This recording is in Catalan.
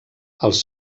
els